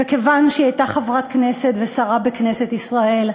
וכיוון שהיא הייתה חברת כנסת ושרה בכנסת ישראל,